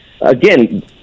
again